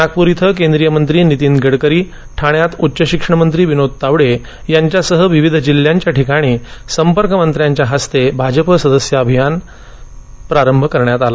नागपूर इथं केंद्रीय मंत्री नितीन गडकरी ठाण्यात उच्चशिक्षणमंत्री विनोद तावडे यांच्यासह विविध जिल्ह्यांच्या ठिकाणी संपर्कमंत्र्यांच्या हस्ते भाजपा सदस्य नोंदणी अभियानाचा प्रारंभ करण्यात आला